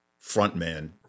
frontman